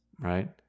right